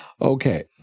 Okay